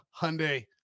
Hyundai